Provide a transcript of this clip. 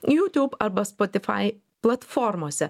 youtube arba spotify platformose